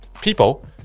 people